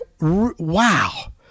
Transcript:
wow